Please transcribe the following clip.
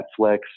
Netflix